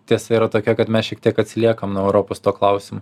tiesa yra tokia kad mes šiek tiek atsiliekam nuo europos tuo klausimu